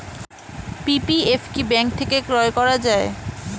PPF কি bank থেকে ক্রয় করা যায়?